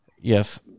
Yes